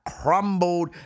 crumbled